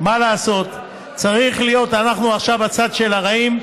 מה לעשות, אנחנו עכשיו בצד של הרעים.